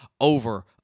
over